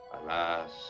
Alas